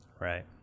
Right